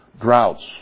droughts